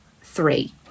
three